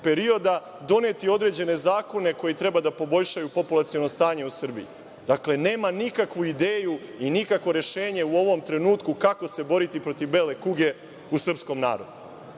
perioda doneti određene zakone koji trebaju da poboljšaju populaciono stanje u Srbiji. Dakle nema nikakvu ideju i nikakvo rešenje u ovom trenutku kako se boriti protiv bele kuge u srpskom narodu.